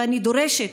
ואני דורשת,